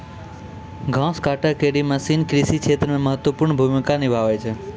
घास काटै केरो मसीन कृषि क्षेत्र मे महत्वपूर्ण भूमिका निभावै छै